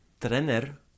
Trainer